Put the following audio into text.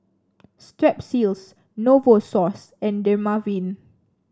Strepsils Novosource and Dermaveen